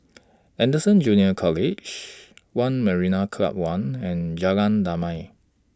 Anderson Junior College one Marina Club one and Jalan Damai